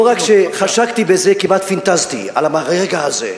לא רק שחשקתי בזה, כמעט פנטזתי על הרגע הזה,